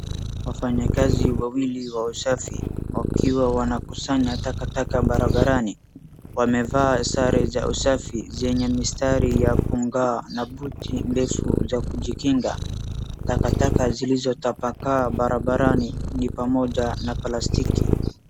Wafanyakazi wawili wa usafi wakiwa wanakusanya takataka barabarani wamevaa sare za usafi zenye mistari ya kungaa na buti ndefu za kujikinga takataka zilizotapakaa barabarani ni pamoja na plastiki.